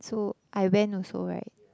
so I went also right